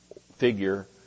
figure